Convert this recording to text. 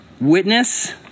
Witness